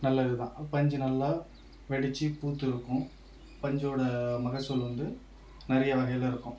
நல்லது தான் பஞ்சு நல்லா வெடித்து பூத்திருக்கும் பஞ்சோட மகசூல் வந்து நிறைய வகையில் இருக்கும்